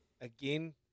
again